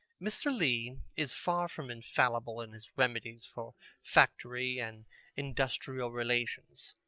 mr. lee is far from infallible in his remedies for factory and industrial relations.